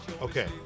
Okay